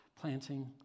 planting